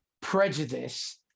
prejudice